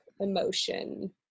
emotion